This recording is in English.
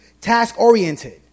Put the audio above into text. task-oriented